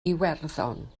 iwerddon